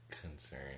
concern